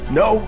no